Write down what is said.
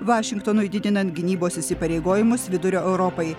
vašingtonui didinant gynybos įsipareigojimus vidurio europai